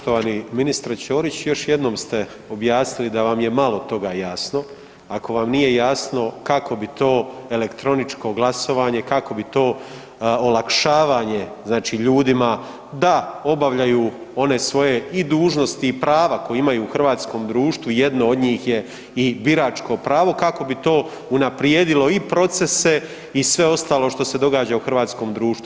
Poštovani ministre Čorić, još jednom ste objasnili da vam je malo toga jasno, ako vam nije jasno kako bi to elektroničko glasovanje, kako bi to olakšavanje, znači ljudima da obavljaju one svoje i dužnosti i prava koje imaju u hrvatskom društvu, jedno od njih je i biračko pravo, kako bi to unaprijedilo i procese i sve ostalo što se događa u hrvatskom društvu.